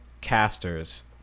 casters